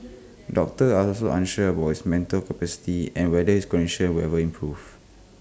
doctors are also unsure about his mental capacity and whether his condition will ever improve